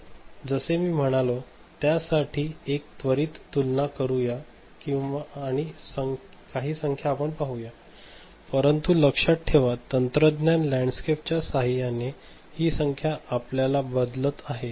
तर जसे मी म्हणालो त्यासाठी एक त्वरित तुलना करूया आणि काही संख्या आपण पाहूया परंतु लक्षात ठेवा तंत्रज्ञान लँडस्केपच्या सहाय्याने ही संख्या आपल्याबरोबर बदलत आहे